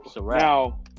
now